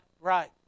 right